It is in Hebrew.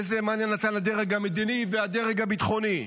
איזה מענה נתן הדרג המדיני והדרג הביטחוני.